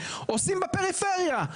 עושים בפריפריה.